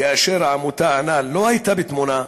כאשר העמותה הנ"ל לא הייתה בתמונה,